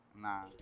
Nah